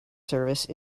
service